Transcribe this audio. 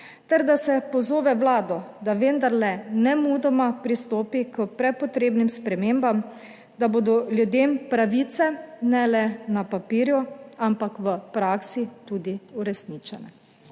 ter da se pozove Vlado, da vendarle nemudoma pristopi k prepotrebnim spremembam, da bodo ljudem pravice ne le na papirju, ampak v praksi tudi uresničene.